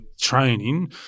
training